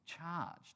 charged